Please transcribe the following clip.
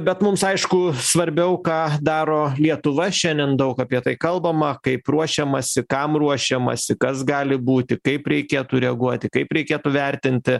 bet mums aišku svarbiau ką daro lietuva šiandien daug apie tai kalbama kaip ruošiamasi kam ruošiamasi kas gali būti kaip reikėtų reaguoti kaip reikėtų vertinti